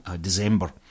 December